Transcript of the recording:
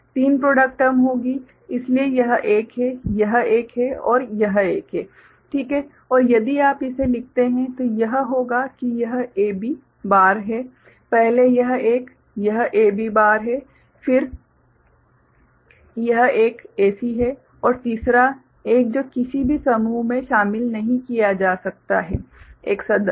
तीन product term होंगी इसलिए यह एक है यह एक है और यह एक है ठीक है और यदि आप इसे लिखते हैं तो यह होगा कि यह AB बार है पहले यह एक यह AB बार है फिर यह एक AC है और तीसरा एक जो किसी भी समूह मे शामिल नहीं किया जा सकता है एक सदस्य